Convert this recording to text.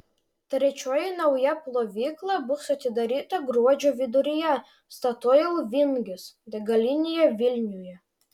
trečioji nauja plovykla bus atidaryta gruodžio viduryje statoil vingis degalinėje vilniuje